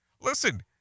listen